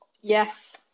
yes